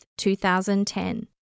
2010